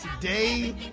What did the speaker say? today